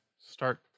start